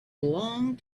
long